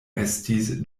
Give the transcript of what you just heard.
estis